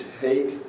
take